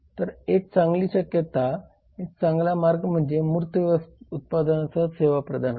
तर एक चांगली शक्यता एक चांगला मार्ग म्हणजे मूर्त उत्पादनांसह सेवा प्रदान करणे